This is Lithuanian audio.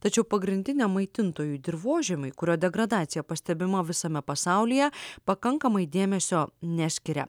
tačiau pagrindinę maitintojų dirvožemui kurio degradacija pastebima visame pasaulyje pakankamai dėmesio neskiria